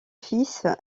fils